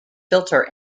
filter